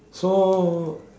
so